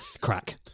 Crack